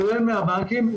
כולל מהבנקים,